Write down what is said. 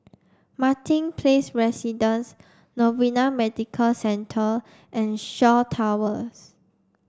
Martin Place Residences Novena Medical Centre and Shaw Towers